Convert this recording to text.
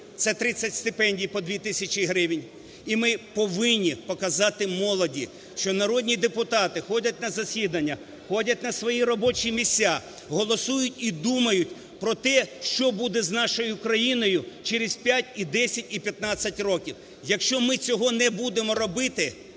Це 30 стипендій по 2 тисячі гривень. І ми повинні показати молоді, що народні депутати ходять на засідання, ходять на свої робочі місця, голосують і думають про те, що буде з нашою країною через 5, і 10, і 15 років. Якщо ми цього не будемо робити,